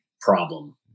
problem